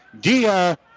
Dia